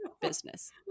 business